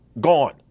Gone